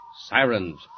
Sirens